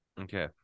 Okay